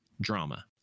drama